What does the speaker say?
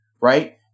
right